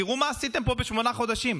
תראו מה עשיתם פה בשמונה חודשים,